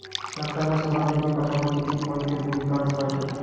टॅक्टरनं सोला पेरनी करतांनी किती खोल पेरनी कराच पायजे?